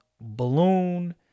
balloon